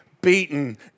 beaten